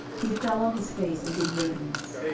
he fell on his face, and did reverence.